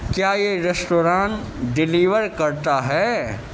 کیا یہ restaurant deliver کرتا ہے